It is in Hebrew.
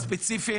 אני אהיה ספציפי